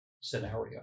scenario